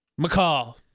McCall